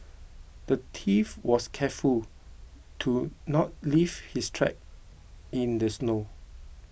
the thief was careful to not leave his tracks in the snow